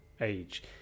age